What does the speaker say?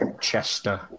Chester